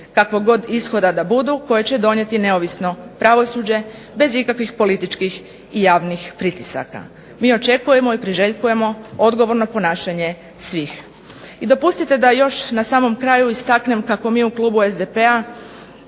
kakvog god ishoda da budu koje će donijeti neovisno pravosuđe bez ikakvih političkih i javnih pritisaka. Mi očekujemo i priželjkujemo odgovorno ponašanje svih. I dopustite da još na samom kraju istaknem kako mi u klubu SDP-a